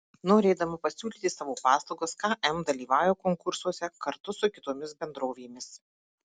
norėdama pasiūlyti savo paslaugas km dalyvauja konkursuose kartu su kitomis bendrovėmis